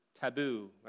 taboo